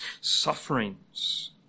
sufferings